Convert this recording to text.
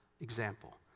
example